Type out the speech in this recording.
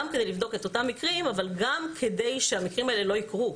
גם כדי לבדוק את אותם מקרים אבל גם כדי שהמקרים האלה לא יקרו,